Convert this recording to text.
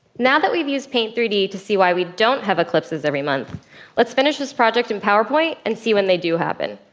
now that we've used paint three d to see why we don't have eclipses every month let's finish this project in powerpoint and see when they do happen.